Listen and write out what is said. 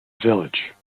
village